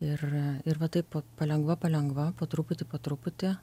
ir ir va taip palengva palengva po truputį po truputį